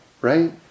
right